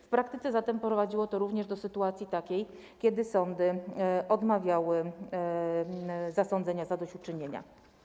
W praktyce zatem prowadziło to również do sytuacji takiej, kiedy sądy odmawiały zasądzenia zadośćuczynienia.